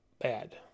bad